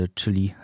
czyli